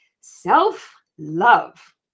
self-love